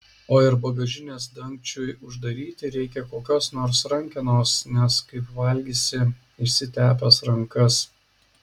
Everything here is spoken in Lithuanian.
o ir bagažinės dangčiui uždaryti reikia kokios nors rankenos nes kaip valgysi išsitepęs rankas